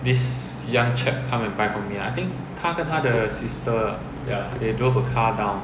this young chap come and buy from me I think 他跟他的 sister they drove a car down